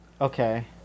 Okay